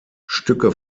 stücke